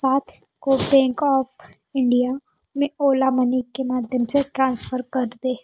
सात को bank of India में ओला मनी के माध्यम से ट्रांसफ़र कर दें